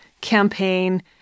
campaign